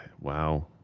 wow